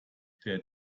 their